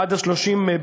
עד 30 במרס,